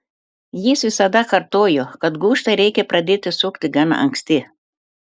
jis visada kartojo kad gūžtą reikia pradėti sukti gan anksti